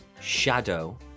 shadow